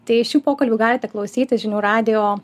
tai šių pokalbių galite klausytis žinių radijo